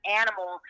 animal